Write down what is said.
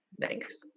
Thanks